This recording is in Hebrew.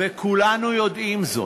וכולנו יודעים זאת,